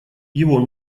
его